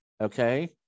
okay